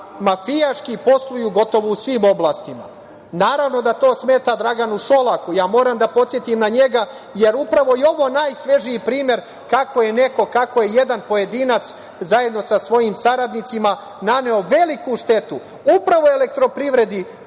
mafijaški posluju gotovo u svim oblastima. Naravno da to smeta Draganu Šolaku, ja moram da podsetim na njega, jer upravo je ovo najsvežiji primer kako je jedan pojedinac, zajedno sa svojim saradnicima, naneo veliku štetu upravo EPS-u i